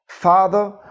Father